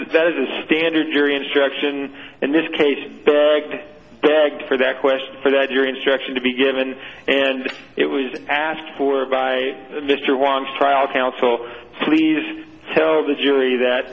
vet is the standard jury instruction in this case bag for that question for that your instruction to be given and it was asked for by mr was trial counsel please tell the jury that